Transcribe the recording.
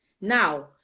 Now